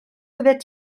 byddet